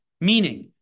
Meaning